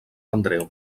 andreu